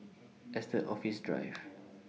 Estate Office Drive